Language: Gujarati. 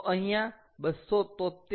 તો અહીંયા 273 20